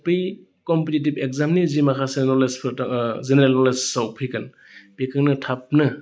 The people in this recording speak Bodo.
बै कम्पिटिटिभ एक्जामनि जि माखासे नलेजफोर जेनेरेल नलेजाव फैगोन बेखौ नों थाबनो